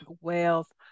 wealth